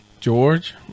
George